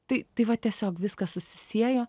tai tai va tiesiog viskas susisiejo